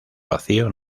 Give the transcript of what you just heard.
vacío